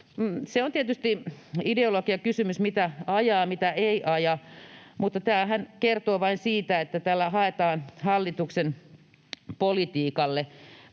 se on tietysti ideologiakysymys, mitä ajaa ja mitä ei aja, mutta tämähän kertoo vain siitä, että tällä haetaan hallituksen politiikalle